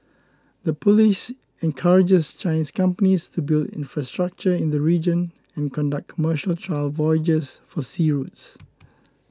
the policy encourages Chinese companies to build infrastructure in the region and conduct commercial trial voyages for sea routes